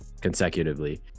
consecutively